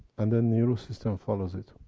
and the neural system follows it.